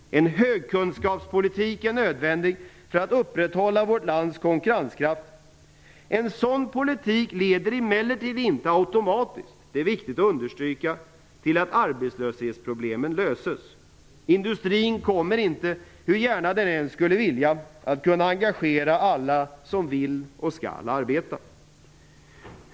En högkunskapspolitik är nödvändig för att upprätthålla vårt lands konkurrenskraft. En sådan politik leder emellertid inte automatiskt - det är viktigt att understryka - till att arbetslöshetsproblemen löses. Industrin kommer inte, hur gärna den än skulle vilja det, att kunna engagera alla som vill och skall arbeta.